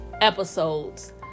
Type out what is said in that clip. episodes